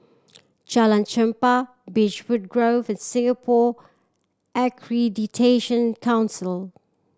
Jalan Chempah Beechwood Grove and Singapore Accreditation Council